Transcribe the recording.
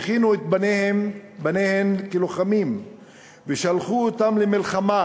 הכינו את בניהן כלוחמים ושלחו אותם למלחמה,